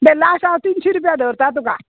last हांव तिनशी रुपया धरता तुका